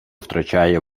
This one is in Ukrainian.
втрачає